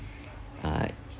uh